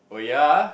oh ya